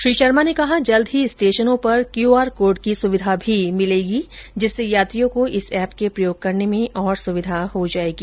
श्री शर्मा ने कहा कि जल्द ही स्टेषनों पर क्यूआर कोड की सुविधा भी उपलब्ध होगी जिससे यात्रियों को इस ऐप के प्रयोग करने में और सुविधा हो जायेगी